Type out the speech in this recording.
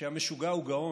שהמשוגע הוא גאון.